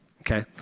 okay